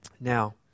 Now